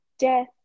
death